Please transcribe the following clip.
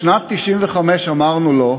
בשנת 1995 אמרנו לו: